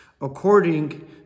according